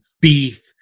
beef